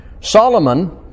Solomon